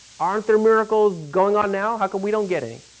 aren't there miracles going on now? how come we don't get any?